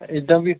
ਇੱਦਾਂ ਵੀ